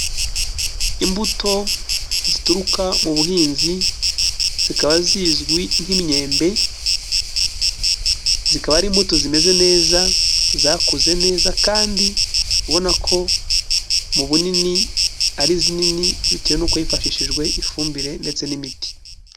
Imbuto zituruka mu buhinzi zikaba zizwi nk'imyembe, zikaba ari imbuto zimeze neza zakuze neza kandi ubona ko mu bunini ari zinini bitewe n'uko hifashishijwe ifumbire ndetse n'imiti.